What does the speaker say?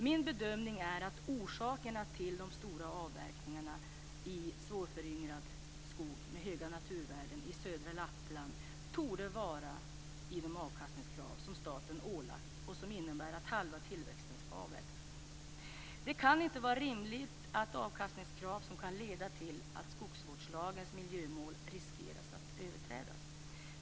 Min bedömning är att orsakerna till de stora avverkningarna av svårföryngrad skog med höga naturvärden i södra Lappland torde vara de avkastningskrav som staten har ålagt och som innebär att halva tillväxten skall avverkas. Det kan inte vara rimligt att ha avkastningskrav som kan leda till att skogsvårdslagens miljömål riskerar att överträdas.